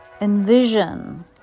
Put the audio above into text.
envision